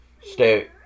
stay